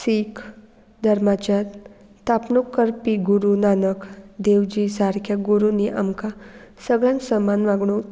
सीख धर्माच्या स्थापणूक करपी गुरू नानक देवजी सारक्या गुरूनी आमकां सगळ्यान समान वागणूक